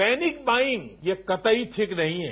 panic buying यह कतई ठीक नहीं है